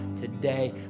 today